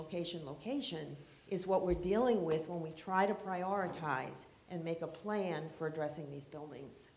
location location is what we're dealing with when we try to prioritize and make a plan for addressing these